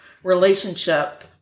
relationship